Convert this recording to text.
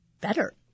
better